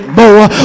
more